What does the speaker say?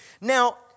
Now